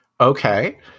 okay